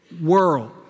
world